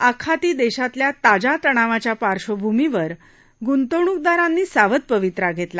आखाती देशातल्या ताज्या तणावाच्या पार्श्वभूमीवर गुंतवणूकदारांनी सावध पवित्रा घेतला